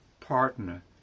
partner